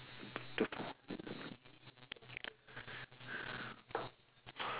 the